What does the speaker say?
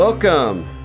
Welcome